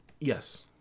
Yes